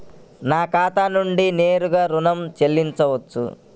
నా ఖాతా నుండి నేరుగా ఋణం చెల్లించవచ్చా?